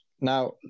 now